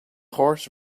horse